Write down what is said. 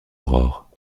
aurore